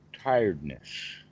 tiredness